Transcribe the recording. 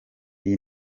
iyi